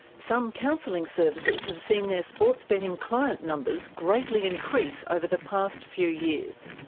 some counselling services have seen their sports betting client numbers greatly increase over the past few years.